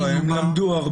לא נורא, הם למדו הרבה.